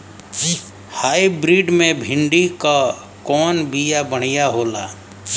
Hybrid मे भिंडी क कवन बिया बढ़ियां होला?